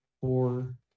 four